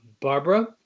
Barbara